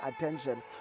attention